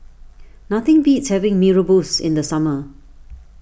nothing beats having Mee Rebus in the summer